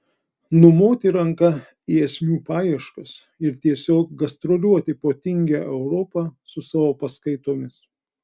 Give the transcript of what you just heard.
numoti ranka į esmių paieškas ir tiesiog gastroliuoti po tingią europą su savo paskaitomis